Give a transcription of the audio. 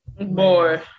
Boy